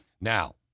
Now